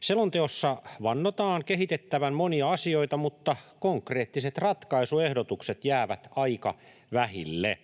Selonteossa vannotaan kehitettävän monia asioita, mutta konkreettiset ratkaisuehdotukset jäävät aika vähille.